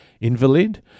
Invalid